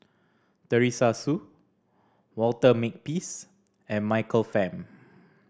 Teresa Hsu Walter Makepeace and Michael Fam